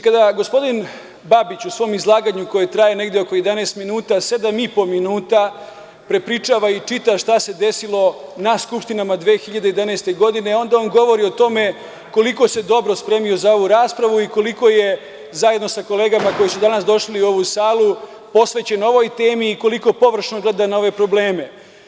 Kada gospodin Babić u svom izlaganju koje je trajalo 11 minuta 7,5 minuta prepričava i čita šta se desilo na Skupštini 2011. godine, onda on govori o tome koliko se dobro spremio za ovu raspravu i koliko je zajedno sa kolegama koji su danas došli u ovu salu posvećen ovoj temi, koliko površno gleda na ove probleme.